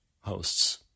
hosts